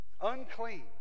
unclean